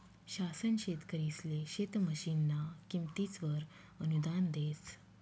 शासन शेतकरिसले शेत मशीनना किमतीसवर अनुदान देस